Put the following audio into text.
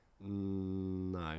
no